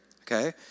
okay